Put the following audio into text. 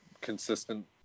consistent